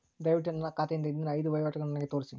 ದಯವಿಟ್ಟು ನನ್ನ ಖಾತೆಯಿಂದ ಹಿಂದಿನ ಐದು ವಹಿವಾಟುಗಳನ್ನು ನನಗೆ ತೋರಿಸಿ